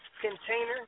container